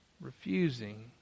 refusing